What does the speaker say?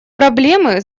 проблемы